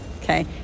okay